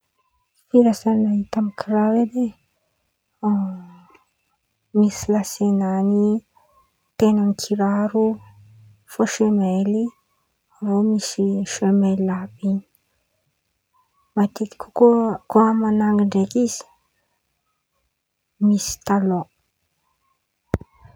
Firasan̈a hita amy kiraro edy e! Misy lase n̈any in̈y, ten̈an̈any kiraro, fô semaily, avy eo misy semaily àby in̈y, matetiky koa koa amy man̈angy ndraiky izy misy talòn.